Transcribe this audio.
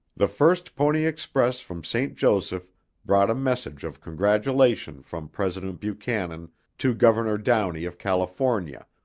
the first pony express from st. joseph brought a message of congratulation from president buchanan to governor downey of california,